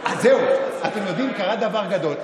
אז זהו, אתם יודעים, קרה דבר גדול.